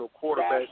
quarterback